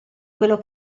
quello